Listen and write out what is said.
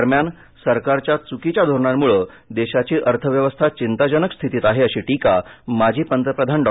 दरम्यान सरकारच्या चुकीच्या धोरणांमुळे देशाची अर्थव्यवस्था चिंताजनक स्थितीत आहे अशी टीका माजी पंतप्रधान डॉ